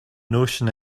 notion